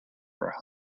for